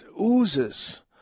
oozes